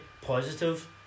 positive